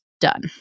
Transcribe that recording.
done